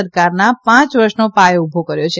સરકારનાં પાંચ વર્ષનો પાયો ઉભો કર્યો છે